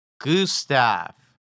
Gustav